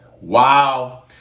Wow